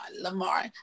Lamar